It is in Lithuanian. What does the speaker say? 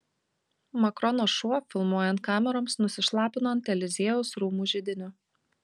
makrono šuo filmuojant kameroms nusišlapino ant eliziejaus rūmų židinio